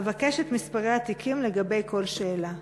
אבקש את מספרי התיקים לגבי כל שאלה.